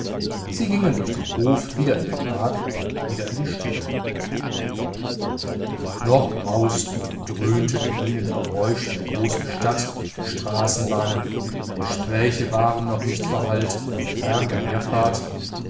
sie gingen durch den hof wieder in den park wieder in die stille noch brausten und dröhnten in ihnen die geräusche der großen stadt der straßenbahnen gespräche waren noch nicht verhallt der lärm der herfahrt